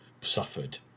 suffered